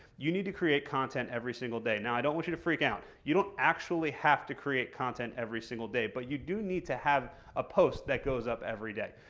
you need to create content every single day. now i don't want you to freak out. you don't actually have to create content every single day. but you do need to have a post that goes up every day.